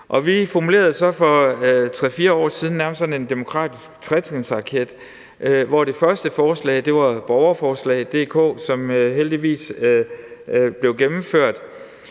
Vi formulerede så for 3-4 år siden sådan nærmest en demokratisk tretrinsraket, hvor det første forslag var borgerforslag.dk, som heldigvis blev gennemført.